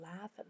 laugh